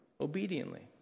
Obediently